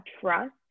trust